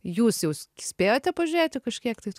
jūs jau spėjote pažiūrėti kažkiek tai